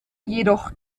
jedoch